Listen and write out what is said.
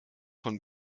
von